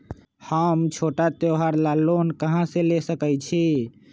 हम छोटा त्योहार ला लोन कहां से ले सकई छी?